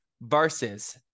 versus